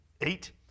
eight